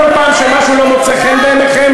כל פעם שמשהו לא מוצא חן בעיניכם,